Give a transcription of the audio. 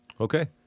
Okay